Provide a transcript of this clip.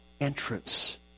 entrance